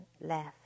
left